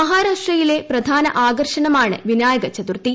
മഹാരാഷ്ട്രയിലെ പ്രധാന ആകർഷണമാണ് വിനായക ചതുർത്ഥി